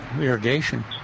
irrigation